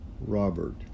Robert